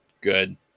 good